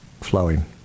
flowing